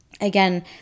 again